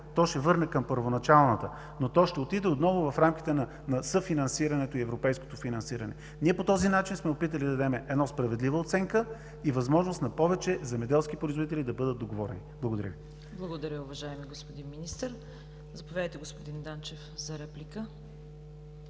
то ще върне към първоначалната, но ще отиде отново в рамките на съфинансирането и европейското финансиране. По този начин сме опитали да дадем справедлива оценка и възможност на повече земеделски производители да бъдат договорени. Благодаря Ви. ПРЕДСЕДАТЕЛ ЦВЕТА КАРАЯНЧЕВА: Благодаря, уважаеми господин Министър. Заповядайте, господин Данчев, за реплика.